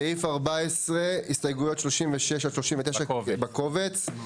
סעיף 14, הסתייגויות 36-39 בקובץ.